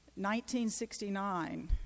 1969